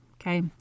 okay